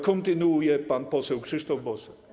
Kontynuuje pan poseł Krzysztof Bosak.